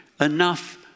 enough